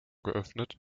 geöffnet